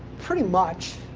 pretty much,